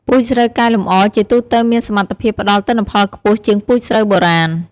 ពូជស្រូវកែលម្អជាទូទៅមានសមត្ថភាពផ្ដល់ទិន្នផលខ្ពស់ជាងពូជស្រូវបុរាណ។